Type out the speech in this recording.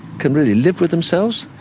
can really live with themselves